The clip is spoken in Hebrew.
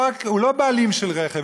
הוא לא בעלים של רכב,